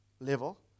level